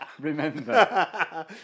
remember